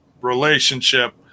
relationship